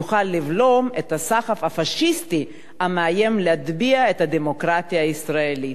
יוכל לבלום את הסחף הפאשיסטי המאיים להטביע את הדמוקרטיה הישראלית".